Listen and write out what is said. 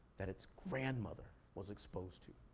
that its grandmother was exposed to.